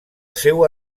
seua